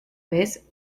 vez